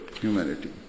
humanity